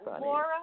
Laura